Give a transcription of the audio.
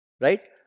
right